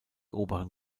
oberen